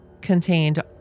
contained